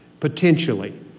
Potentially